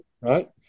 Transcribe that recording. Right